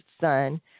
son